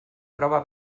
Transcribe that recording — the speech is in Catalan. prova